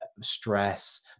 stress